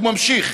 הוא ממשיך: